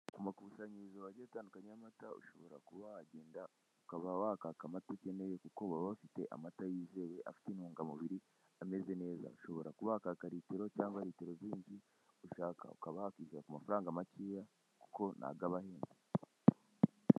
Amakusanyirizo wageze atandukanye y'amata, ushobora kuba wagenda ukaba wakaka amata ukeneyewe kuko baba bafite amata yizewe, afite intungamubiri, ameze neza. Ushobora kuba wakaka litiro cyangwa litiro zindi ushaka, ukaba wakishyura ku mafaranga makeya kuko ntago aba ahenze.